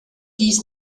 dies